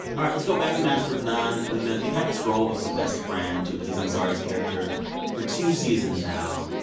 ah let's go back to master of none. lena, you've had this role of the best friend to aziz ansari's character for two seasons now.